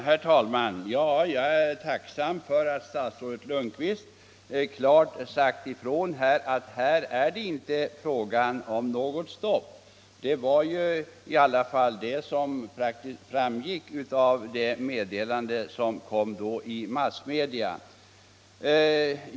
Herr talman! Jag är tacksam för att statsrådet Lundkvist klart sagt ifrån att här är det inte fråga om något stopp. Av de meddelanden som lämnades i massmedia fick man ju intrycket att det gällde ett stopp.